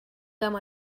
camp